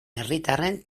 herritarren